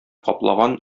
каплаган